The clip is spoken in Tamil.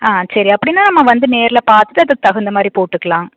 ஆ சரி அப்படின்னா நம்ம வந்து நேரில் பார்த்துட்டு அதுக்குத் தகுந்தமாதிரி போட்டுக்கலாம்